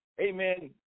amen